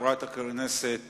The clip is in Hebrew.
חברת הכנסת